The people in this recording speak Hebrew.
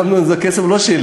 הוא אומר: אמנון, זה לא כסף שלי,